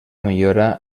millora